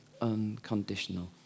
unconditional